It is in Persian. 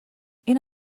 این